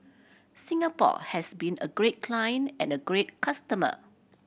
Singapore has been a great client and a great customer